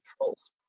controls